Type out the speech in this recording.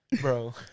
Bro